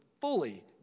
fully